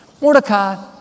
Mordecai